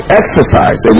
exercise